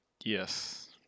Yes